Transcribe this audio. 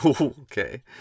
Okay